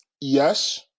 Yes